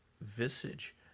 visage